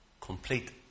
complete